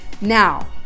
Now